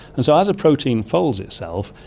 and so as a protein folds itself,